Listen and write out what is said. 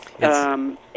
yes